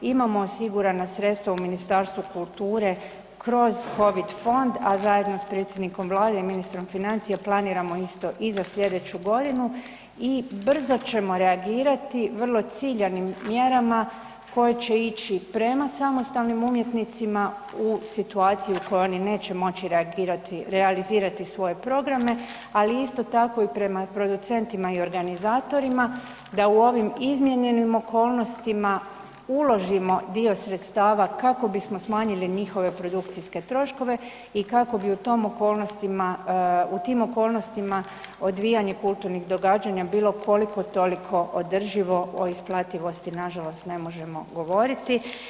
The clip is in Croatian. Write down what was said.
Imamo osigurana sredstva u Ministarstvu kulture kroz covid fond, a zajedno s predsjednikom vlade i ministrom financija planiramo isto i za slijedeću godinu i brzo ćemo reagirati vrlo ciljanim mjerama koje će ići prema samostalnim umjetnicima u situaciji u kojoj oni neće moći reagirati, realizirati svoje programe, ali isto tako i prema producentima i organizatorima da u ovim izmijenjenim okolnostima uložimo dio sredstava kako bismo smanjili njihove produkcijske troškove i kako bi u tom okolnostima, u tim okolnostima odvijanje kulturnih događanja bilo koliko toliko održivo, o isplativosti nažalost ne možemo govoriti.